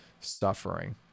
suffering